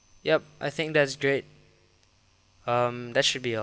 yup I think that's great um that should be all